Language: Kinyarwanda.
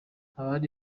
abari